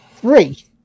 three